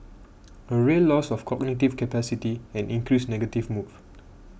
a real loss of cognitive capacity and increased negative move